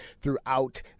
throughout